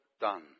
done